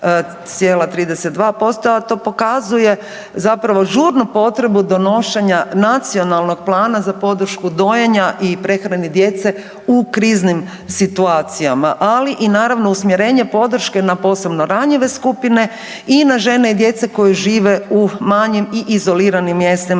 to pokazuje zapravo žurnu potrebu donošenja nacionalnog plana za podršku dojenja i prehrane djece u kriznim situacijama. Ali i naravno usmjerenje podrške na posebno ranjive skupine i na žene i djecu koji žive u manjim i izoliranim mjestima